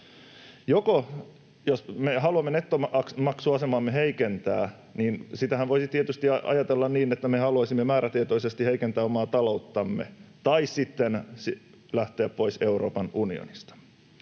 Jos me haluamme nettomaksuasemaamme heikentää, niin sitähän voisi tietysti ajatella niin, että me haluaisimme määrätietoisesti heikentää omaa talouttamme tai sitten lähteä pois Euroopan unionista.